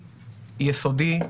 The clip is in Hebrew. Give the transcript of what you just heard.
יסודי,